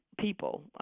people